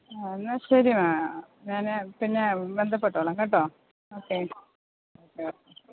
ആ എന്നാൽ ശരി മേ ഞാൻ പിന്നെ ബന്ധപ്പെട്ടോളം കേട്ടോ ഓക്കെ ഓക്കെ ഓക്കേ